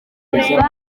kuri